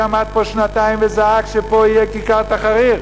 שעמד פה שנתיים וזעק שפה יהיה כיכר תחריר.